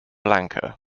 lanka